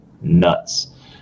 nuts